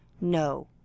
No